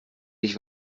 ich